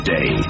Day